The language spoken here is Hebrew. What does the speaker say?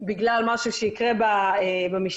בגלל משהו שיקרה במשפחתון,